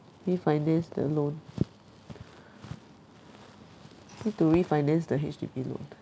refinance the loan need to refinance the H_D_B loan